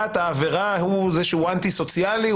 העבריין הוא זה שהוא אנטי סוציאלי,